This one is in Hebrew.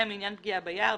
(2) לעניין פגיעה ביער,